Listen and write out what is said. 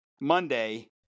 Monday